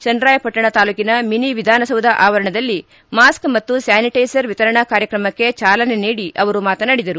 ಚನ್ನರಾಯಪಟ್ಟಣ ತಾಲೂಕಿನ ಮಿನಿ ವಿಧಾನಸೌಧ ಆವರಣದಲ್ಲಿ ಮಾಸ್ಕ್ ಮತ್ತು ಸ್ಥಾನಿಟ್ಟೆಸರ್ ವಿತರಣಾ ಕಾರ್ಯಕ್ರಮಕ್ಕೆ ಚಾಲನೆ ನೀಡಿ ಅವರು ಮಾತನಾಡಿದರು